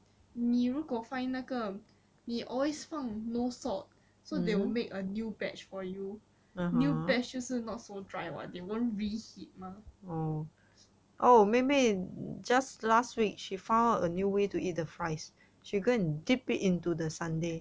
你如果 find 那个你 always 放 no salt so they will make a new batch for you new batch 就是 not so dry [what] they won't reheat mah